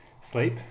sleep